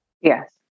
Yes